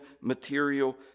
material